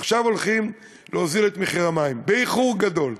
עכשיו הולכים להוריד את מחיר המים, באיחור גדול,